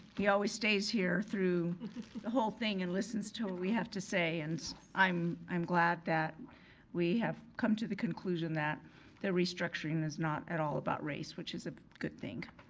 he always stays here through the whole thing and listens to what we have to say and i'm i'm glad that we have come to the conclusion that the restructuring is not at all about race, which is a good thing.